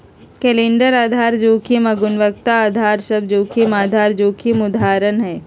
calendar आधार जोखिम आऽ गुणवत्ता अधार सभ जोखिम आधार जोखिम के उदाहरण हइ